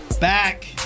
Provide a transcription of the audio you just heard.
Back